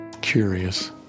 Curious